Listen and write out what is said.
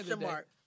mark